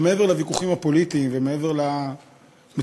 שמעבר לוויכוחים הפוליטיים ומעבר למציאות